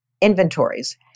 inventories